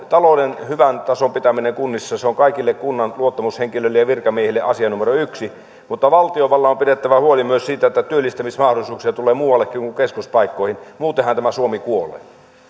talouden hyvän tason pitäminen kunnissa on kaikille kunnan luottamushenkilöille ja virkamiehille asia numero yksi mutta valtiovallan on pidettävä huoli myös siitä että työllistämismahdollisuuksia tulee muuallekin kuin keskuspaikkoihin muutenhan tämä suomi kuolee